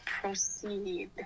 proceed